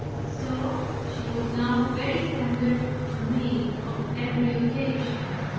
so she was now very tender to me on every occasion.